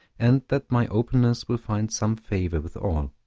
and that my openness will find some favor with all.